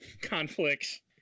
conflicts